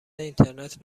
اینترنت